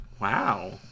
Wow